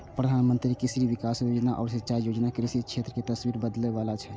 प्रधानमंत्री कृषि विकास योजना आ सिंचाई योजना कृषि क्षेत्र के तस्वीर बदलै बला छै